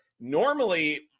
normally